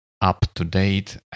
up-to-date